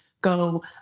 go